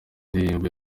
ndirimbo